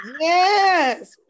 Yes